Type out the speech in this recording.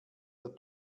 der